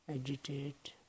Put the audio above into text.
agitate